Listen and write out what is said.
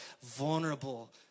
vulnerable